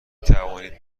توانید